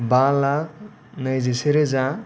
बा लाख नैजिसे रोजा